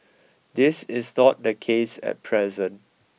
this is not the case at present